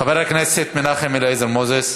חבר הכנסת מנחם אליעזר מוזס.